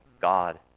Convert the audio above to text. God